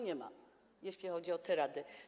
Nie ma, jeśli chodzi o te rady.